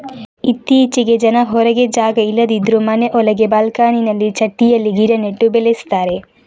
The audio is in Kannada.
ಇತ್ತೀಚೆಗೆ ಜನ ಹೊರಗೆ ಜಾಗ ಇಲ್ಲದಿದ್ರೂ ಮನೆ ಒಳಗೆ ಬಾಲ್ಕನಿನಲ್ಲಿ ಚಟ್ಟಿಯಲ್ಲಿ ಗಿಡ ನೆಟ್ಟು ಬೆಳೆಸ್ತಾರೆ